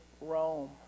Rome